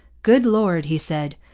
good lord he said,